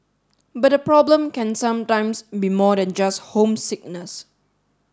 but the problem can sometimes be more than just homesickness